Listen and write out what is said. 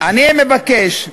אני מבקש,